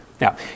Now